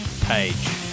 page